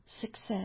success